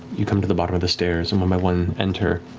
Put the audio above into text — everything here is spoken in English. you come to the bottom of the stairs, and one by one enter,